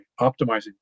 optimizing